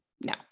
No